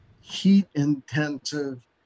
heat-intensive